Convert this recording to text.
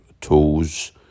toes